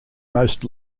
most